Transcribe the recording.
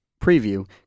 preview